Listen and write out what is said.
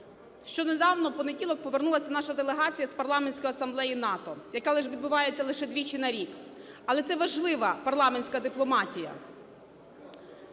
Нещодавно, в понеділок, повернулась наша делегація з Парламентської асамблеї НАТО, яка відбувається лише двічі на рік. Але це важлива парламентська дипломатія.